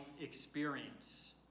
experience